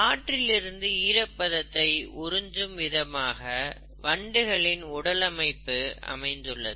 காற்றிலிருந்து ஈரப்பதத்தை உறிஞ்சும் விதமாக வண்டுகளின் உடலமைப்பு அமைந்துள்ளது